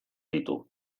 ditu